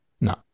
No